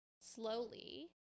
slowly